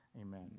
Amen